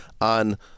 on